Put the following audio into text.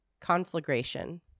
conflagration